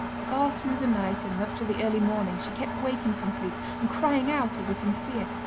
far through the night and up to the early morning she kept waking from sleep and crying out as if in fear,